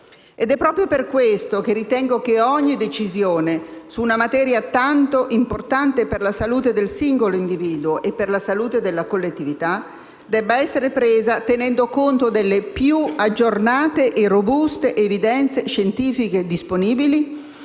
Proprio per questo ritengo che ogni decisione su una materia tanto importante per la salute del singolo individuo e della collettività debba essere presa tenendo conto delle più aggiornate e robuste evidenze scientifiche disponibili